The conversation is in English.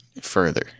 further